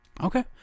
Okay